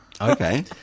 Okay